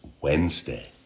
Wednesday